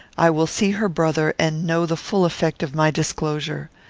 i will see her brother, and know the full effect of my disclosure.